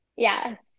Yes